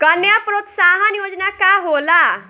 कन्या प्रोत्साहन योजना का होला?